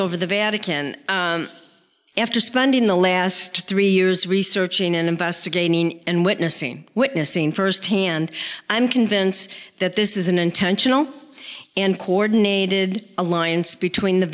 over the vatican after spending the last three years researching and investigating and witnessing witnessing firsthand i'm convinced that this is an intentional and coordinated alliance between the